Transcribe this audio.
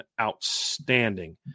outstanding